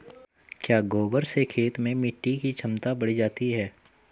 क्या गोबर से खेत में मिटी की क्षमता बढ़ जाती है?